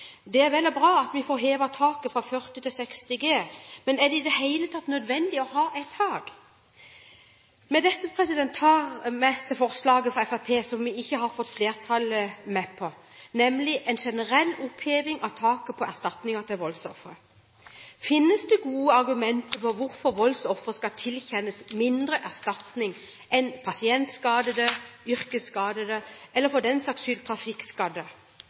Det er vel og bra at vi får hevet taket fra 40 til 60 G, men er det i det hele tatt nødvendig å ha et tak? Dette tar vi opp i forslaget fra Fremskrittspartiet, som vi ikke har fått flertallet med på, nemlig en generell oppheving av taket på erstatninger til voldsofre. Finnes det gode argumenter for at voldsofre skal tilkjennes mindre erstatning enn dem som er utsatt for